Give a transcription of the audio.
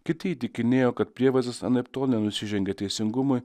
kiti įtikinėjo kad prievaizdas anaiptol nusižengė teisingumui